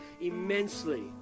immensely